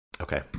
okay